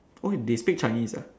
oh they speak chinese ah